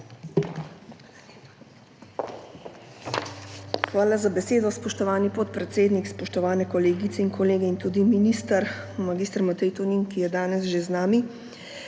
Hvala za besedo, spoštovani podpredsednik. Spoštovane kolegice in kolegi ter tudi minister mag. Matej Tonin, ki je danes že z nami!